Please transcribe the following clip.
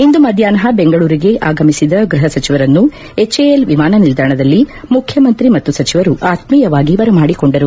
ಇಂದು ಮಧ್ಯಾಹ್ನ ಬೆಂಗಳೂರಿಗೆ ಆಗಮಿಸಿದ ಗೈಹ ಸಚಿವರನ್ನು ಎಚ್ಎಎಲ್ ವಿಮಾನ ನಿಲ್ದಾಣದಲ್ಲಿ ಮುಖ್ಯಮಂತ್ರಿ ಮತ್ತು ಸಚಿವರು ಅತ್ಮೀಯವಾಗಿ ಬರಮಾಡಿಕೊಂಡರು